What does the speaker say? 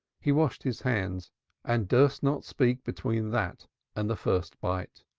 he washed his hands and durst not speak between that and the first bite.